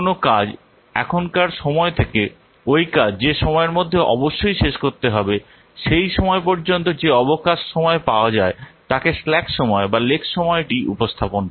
কোন কাজ এখনকার সময় থেকে ওই কাজ যে সময়ের মধ্যে অবশ্যই শেষ করতে হবে সেই সময় পর্যন্ত যে অবকাশ সময় পাওয়া যায় তাকে স্ল্যাক সময় বা লেক্স সময় টি উপস্থাপন করে